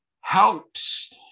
helps